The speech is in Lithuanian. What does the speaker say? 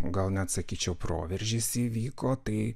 gal net sakyčiau proveržis įvyko tai